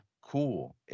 Cool